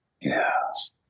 yes